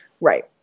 Right